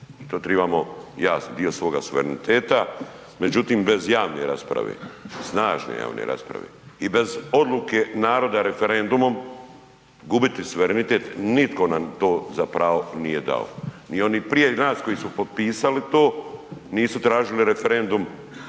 to tribamo jasno, dio svoga suvereniteta, međutim bez javne rasprave, snažne one rasprave i bez odluke naroda referendumom, gubiti suverenitet nitko nam to nam za pravo nije dao. Ni oni prije nas koji su potpisali to, nisu tražili referendum,